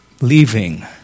leaving